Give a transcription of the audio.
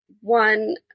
one